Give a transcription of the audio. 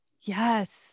Yes